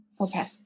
Okay